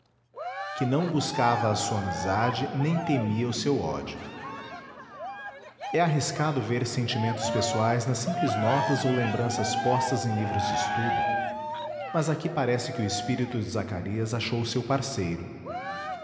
que não buscava a sua amizade nem temia o seu ódio é arriscado ver sentimentos pessoais nas simples notas ou lembranças postas em livros de estudo mas aqui parece que o espírito de zacarias achou o seu parceiro